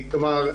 כלומר,